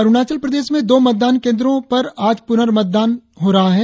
अरुणाचल प्रदेश में दो मतदान केंद्रों पर आज पुनर्मतदान हो रहा है